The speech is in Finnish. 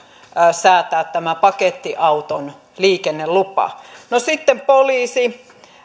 säätää pakettiauton liikennelupa sitten poliisi